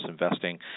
investing